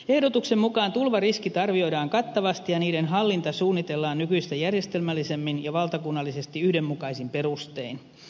ehdotuksen mukaan tulvariskit arvioidaan kattavasti ja niiden hallinta suunnitellaan nykyistä järjestelmällisemmin ja valtakunnallisesti yhdenmukaisin perustein